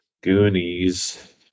Goonies